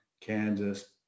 Kansas